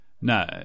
No